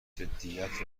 جدیدت